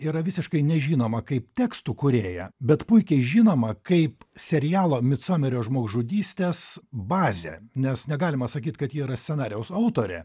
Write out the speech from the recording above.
yra visiškai nežinoma kaip tekstų kūrėja bet puikiai žinoma kaip serialo micomerio žmogžudystės bazė nes negalima sakyt kad ji yra scenarijaus autorė